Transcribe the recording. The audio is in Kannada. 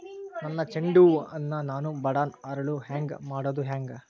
ನನ್ನ ಚಂಡ ಹೂ ಅನ್ನ ನಾನು ಬಡಾನ್ ಅರಳು ಹಾಂಗ ಮಾಡೋದು ಹ್ಯಾಂಗ್?